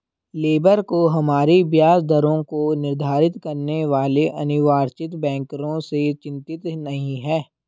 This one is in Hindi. लेबर को हमारी ब्याज दरों को निर्धारित करने वाले अनिर्वाचित बैंकरों से चिंतित नहीं है